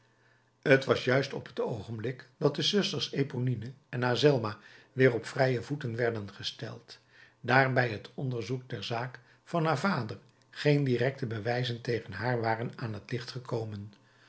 t was juist op het oogenblik dat de zusters eponine en azelma weer op vrije voeten werden gesteld daar bij t onderzoek der zaak van haar vader geen directe bewijzen tegen haar waren aan t licht gekomen